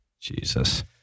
Jesus